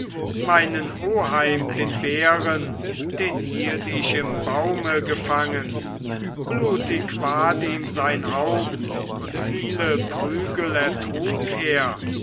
meinen oheim den bären den hielt ich im baume gefangen blutig ward ihm sein haupt und viele prügel ertrug er